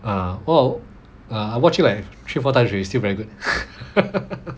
ah well I watched it leh three or four times already still very good